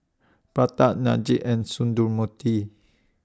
Pratap Niraj and Sundramoorthy